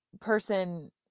person